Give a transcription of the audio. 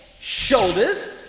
shoulders,